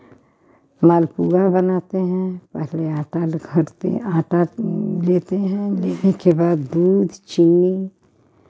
मालपुआ बनाते हैं पहले आटा को घोटते हैं आटा लेते हैं लेने के बाद दूध चीनी